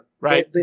Right